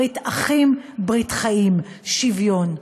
ברית אחים, ברית חיים, שוויון.